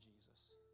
Jesus